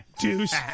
deuce